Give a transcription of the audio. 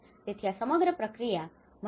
તેથી આ સમગ્ર પ્રક્રિયા મલ્ટિડિસિપ્પ્લિનરી છે